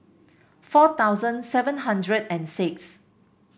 four thousand seven hundred and six